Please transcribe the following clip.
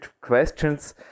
questions